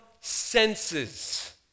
senses